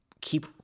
keep